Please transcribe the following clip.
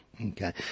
Okay